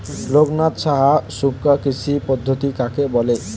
লোকনাথ সাহা শুষ্ককৃষি পদ্ধতি কাকে বলে?